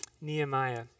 Nehemiah